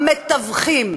המתווכים.